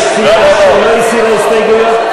יש סיעה שלא הסירה הסתייגויות?